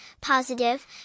positive